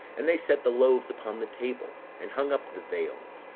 and they set the loaves upon the table, and hung up the veils,